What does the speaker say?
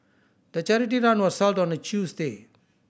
the charity run was held on a Tuesday